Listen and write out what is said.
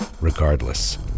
Regardless